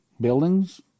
buildings